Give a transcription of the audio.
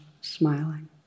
smiling